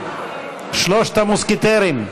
שלושת המוסקטרים,